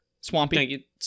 swampy